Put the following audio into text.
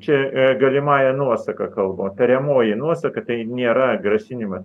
čia galimąja nuosaka kalbu tariamoji nuosaka tai nėra grasinimas